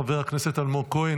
חבר הכנסת אלמוג כהן,